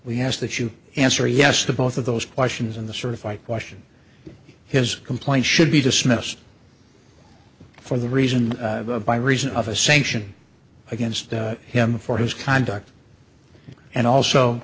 we ask that you answer yes to both of those questions in the short if i question his complaint should be dismissed for the reason by reason of a sanction against him for his conduct and also